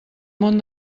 món